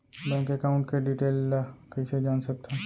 Bank account के detail ल कइसे जान सकथन?